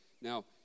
Now